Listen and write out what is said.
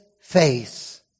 face